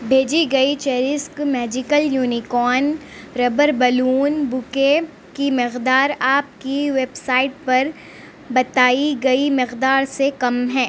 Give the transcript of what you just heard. بھیجی گئی Cherisk magical unicorn rubber balloon bouquet کی مقدار آپ کی ویب سائٹ پر بتائی گئی مقدار سے کم ہے